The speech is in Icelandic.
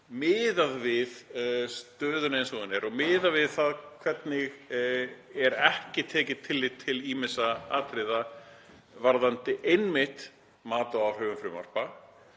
miðað við stöðuna eins og hún er og miðað við það hvernig er ekki tekið tillit til ýmissa atriða varðandi einmitt mat á áhrifum frumvarpa,